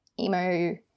emo